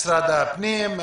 משרד הפנים,